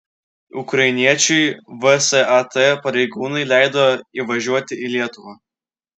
ukrainiečiui vsat pareigūnai leido įvažiuoti į lietuvą